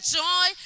joy